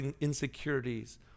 insecurities